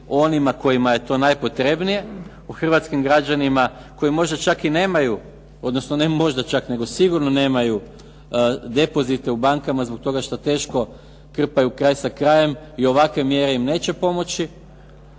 onima kojima je to najpotrebnije o hrvatskim građanima koji možda čak i nemaju, sigurno nemaju depozite u bankama zbog toga što teško krpaju kraj sa krajem i ovakve mjere im neće pomoći.